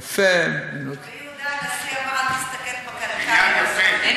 יפה, רבי יהודה הנשיא אמר: אל תסתכל בקנקן, בניין